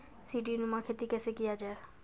सीडीनुमा खेती कैसे किया जाय?